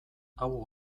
hau